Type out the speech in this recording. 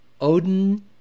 Odin